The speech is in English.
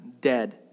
dead